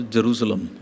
Jerusalem